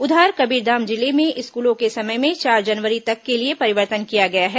उधर कबीरधाम जिले में स्कूलों के समय में चार जनवरी तक के लिए परिवर्तन किया गया है